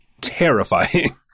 terrifying